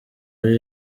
ari